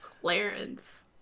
Clarence